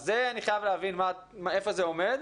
אז זה אני חייב להבין איפה זה עומד,